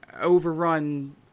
overrun